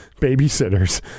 babysitters